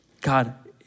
God